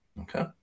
Okay